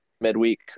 midweek